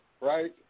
right